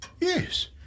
yes